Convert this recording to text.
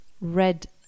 red